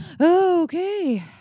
Okay